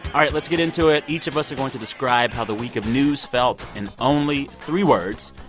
all right. let's get into it. each of us are going to describe how the week of news felt in only three words.